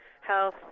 health